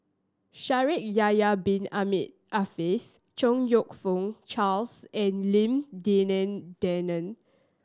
Shaikh Yahya Bin Ahmed Afifi Chong You Fook Charles and Lim Denan Denon